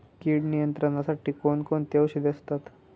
कीड नियंत्रणासाठी कोण कोणती औषधे असतात?